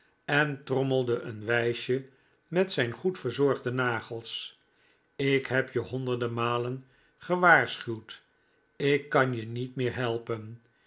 en trommelde een wijsje met zijn goedverzorgde nagels ik heb je honderden malen gewaarschuwd ik kan je niet meer helpen